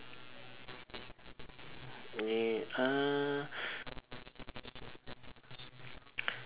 mm !huh!